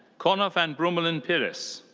connor van brummelen pires.